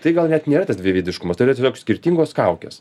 tai gal net nėra tas dviveidiškumas tai yra tiesiog skirtingos kaukės